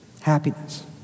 happiness